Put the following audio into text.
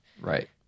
Right